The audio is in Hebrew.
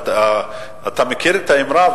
אתה מכיר את האמרה,